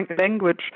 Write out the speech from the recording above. language